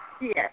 Yes